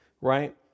right